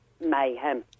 mayhem